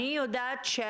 מהתעריף.